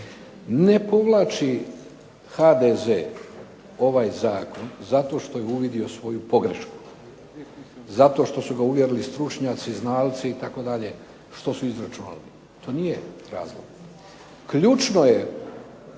Ne povlači HDZ ovaj zakon zato što je uvidio svoju pogrešku, zato što su ga uvjerili stručnjaci, znalci itd. što su izračunali. To nije razlog. Ključno je